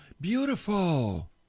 Beautiful